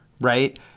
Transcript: right